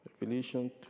Revelation